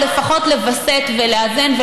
או לפחות לווסת ולאזן.